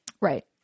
Right